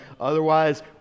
Otherwise